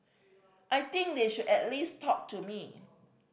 I think they should at least talk to me